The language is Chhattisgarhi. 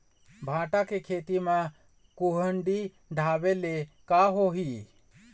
भांटा के खेती म कुहड़ी ढाबे ले का होही?